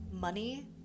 money